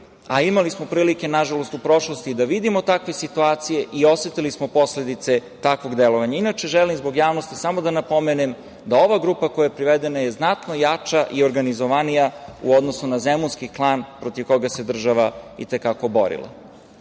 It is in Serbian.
a imali smo prilike, nažalost, u prošlosti da vidimo takve situacije i osetili smo posledice takvog delovanja. Želim, zbog javnosti, samo da napomenem da ova grupa koja je privedena je znatno jača i organizovanija u odnosu na zemunski klan protiv koga se država i te kako borila. Kada